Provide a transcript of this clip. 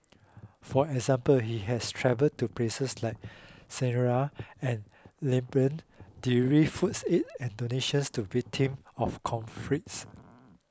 for example he has travelled to places like Syria and Lebanon foods aid and donations to victim of conflicts